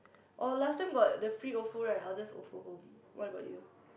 orh last time got the free Ofo right I'll just Ofo home what about you